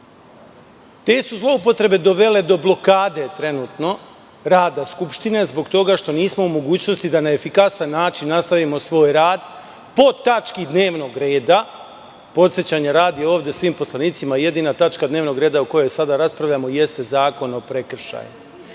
Te su zloupotrebe dovele do blokade trenutno rada Skupštine zbog toga što nismo u mogućnosti da na efikasan način nastavimo svoj rad po tački dnevnog reda, podsećanja radi ovde svim poslanicima, jedina tačka dnevnog reda o kojoj sada raspravljamo jeste Zakon o prekršajima,